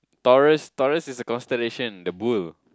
Taurus Taurus is the constellation the bull